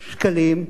שקלים,